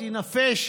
תינפש,